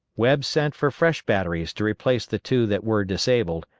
webb sent for fresh batteries to replace the two that were disabled,